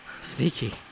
Sneaky